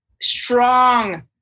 strong